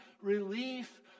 relief